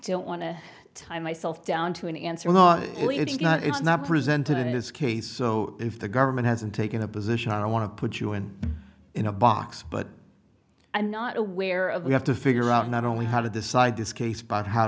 don't want to tie myself down to an answer not only it's not it's not presented in this case so if the government hasn't taken a position i want to put you in in a box but i'm not aware of we have to figure out not only how to decide this case but how